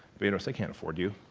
bedros they can't afford you.